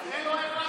היושב-ראש,